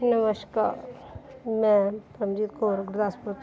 ਨਮਸਕਾਰ ਮੈ ਪਰਮਜੀਤ ਕੌਰ ਗੁਰਦਾਸਪੁਰ ਤੋਂ